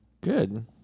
Good